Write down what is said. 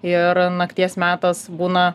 ir nakties metas būna